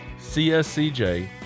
CSCJ